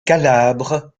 calabre